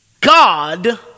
God